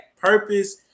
Purpose